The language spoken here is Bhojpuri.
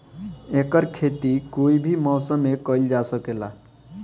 एकर खेती कोई भी मौसम मे कइल जा सके ला